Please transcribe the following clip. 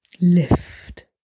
lift